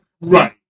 Right